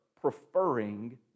preferring